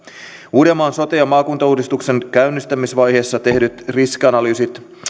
uudenmaan sote ja maakuntauudistuksen käynnistämisvaiheessa tehdyt riskianalyysit